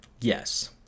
yes